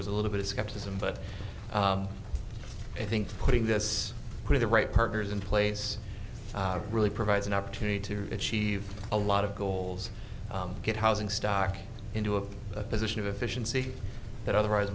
was a little bit of skepticism but i think putting this with the right partners in place really provides an opportunity to achieve a lot of goals get housing stock into a position of efficiency that otherwise